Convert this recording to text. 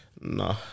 Nah